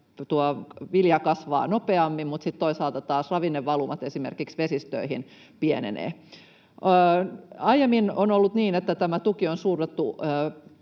vilja kasvaa nopeammin mutta toisaalta ravinnevalumat esimerkiksi vesistöihin pienenevät. Aiemmin on ollut niin, että tämä tuki on suunnattu